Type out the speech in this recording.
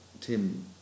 Tim